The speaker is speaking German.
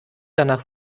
danach